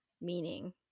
meaning